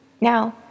Now